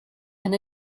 and